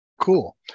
Cool